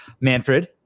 Manfred